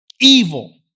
Evil